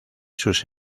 sus